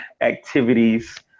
activities